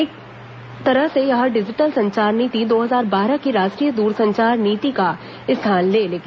एक तरह से यह डिजिटल संचार नीति दो हजार बारह की राष्ट्रीय दूरसंचार नीति का स्थान ले लेगी